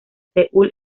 seúl